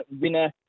winner